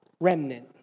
remnant